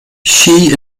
she